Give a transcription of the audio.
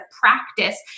practice